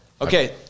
Okay